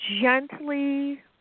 gently